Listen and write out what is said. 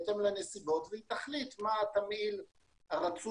בהתאם לנסיבות והיא תחליט מה התמהיל הרצוי